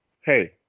hey